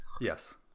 Yes